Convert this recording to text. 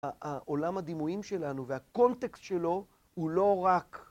העולם הדימויים שלנו והקונטקסט שלו הוא לא רק